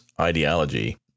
ideology